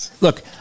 look